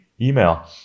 email